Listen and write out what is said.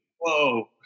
Whoa